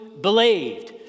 believed